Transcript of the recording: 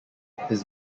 his